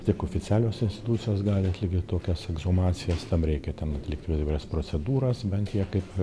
tik oficialios institucijos gali atlikti tokias ekshumacijas tam reikia ten atlikt ir įvairias procedūras bent jie kaip